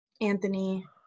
Anthony